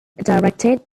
directed